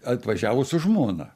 atvažiavo su žmona